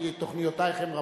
כי תוכניותייך הן רבות.